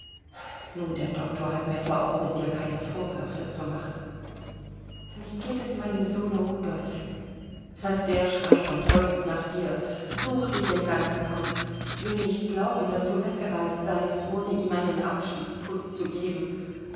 nun der doktor hat mir verordnet dir keine vorwürfe zu machen wie geht es meinem sohne rudolf der schreit und heult nach dir sucht dich im ganzen haus will nicht glauben daß du weggereist seiest ohne ihm einen abschiedskuß zu geben